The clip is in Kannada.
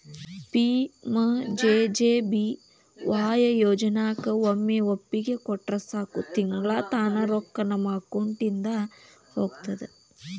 ಪಿ.ಮ್.ಜೆ.ಜೆ.ಬಿ.ವಾಯ್ ಯೋಜನಾಕ ಒಮ್ಮೆ ಒಪ್ಪಿಗೆ ಕೊಟ್ರ ಸಾಕು ತಿಂಗಳಾ ತಾನ ರೊಕ್ಕಾ ನಮ್ಮ ಅಕೌಂಟಿದ ಹೋಗ್ತದ